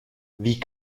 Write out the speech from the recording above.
wie